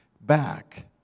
back